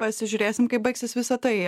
pasižiūrėsim kaip baigsis visa tai